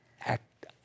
act